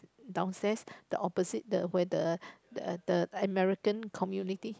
downstairs the opposite the where the the American community